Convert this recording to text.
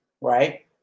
right